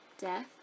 death